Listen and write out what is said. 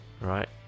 right